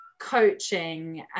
coaching